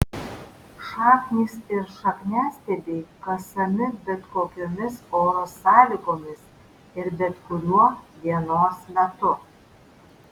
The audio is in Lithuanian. šaknys ir šakniastiebiai kasami bet kokiomis oro sąlygomis ir bet kuriuo dienos metu